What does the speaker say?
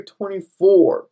24